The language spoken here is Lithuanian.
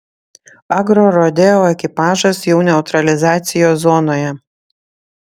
agrorodeo ekipažas jau neutralizacijos zonoje